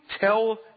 tell